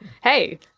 hey